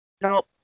Nope